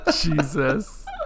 Jesus